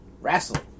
Wrestling